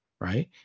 right